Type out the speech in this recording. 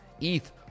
ETH